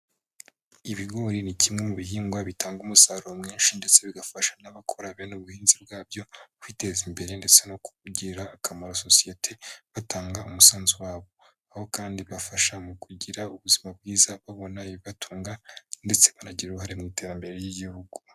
Ibigori ni kimwe mu bihingwa bitanga umusaruro mwinshi ndetse bigafasha n'abakora bene ubu buhinzi bwabyo kwiteza imbere ndetse no kugirira akamaro sosiyete batanga umusanzu wabo, aho kandi bibafasha mu kugira ubuzima bwiza babona ibibatunga ndetse banagira uruhare mu iterambere ry'igihugu.